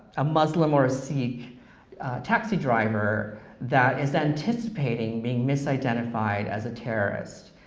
ah muslim or a sikh taxi driver that is anticipating, being misidentified as a terrorist,